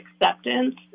acceptance